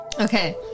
Okay